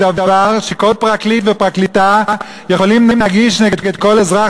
הוא דבר שכל פרקליט ופרקליטה יכולים להגיש נגד כל אזרח